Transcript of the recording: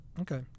Okay